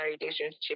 relationship